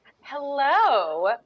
Hello